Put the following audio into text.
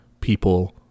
people